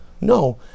no